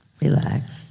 Relax